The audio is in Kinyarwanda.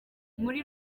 muri